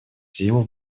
силу